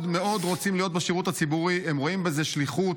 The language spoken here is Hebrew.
הם רואים בזה שליחות,